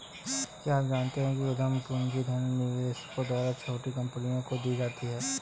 क्या आप जानते है उद्यम पूंजी धनी निवेशकों द्वारा छोटी कंपनियों को दी जाती है?